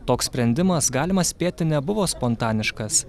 toks sprendimas galima spėti nebuvo spontaniškas